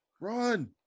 Run